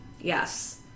Yes